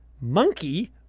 monkey